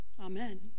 Amen